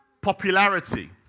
popularity